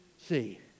See